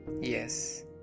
Yes